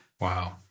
Wow